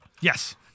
Yes